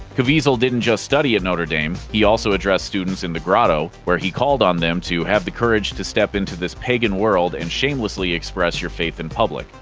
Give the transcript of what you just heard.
caviezel didn't just study at notre dame. he also addressed students in the grotto, where he called on them to have the courage to step into this pagan world and shamelessly express your faith in public.